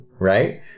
Right